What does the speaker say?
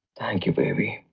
thank you, baby.